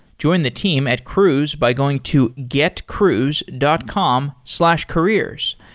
join the team at cruise by going to getcruise dot com slash careers.